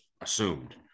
assumed